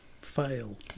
fail